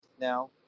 now